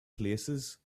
places